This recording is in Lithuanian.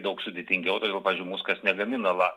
daug sudėtingiau todėl pavyzdžiui muskas negamina